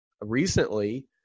recently